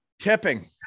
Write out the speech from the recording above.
Tipping